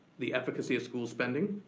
the efficacy of school spending.